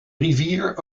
rivier